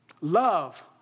Love